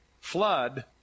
flood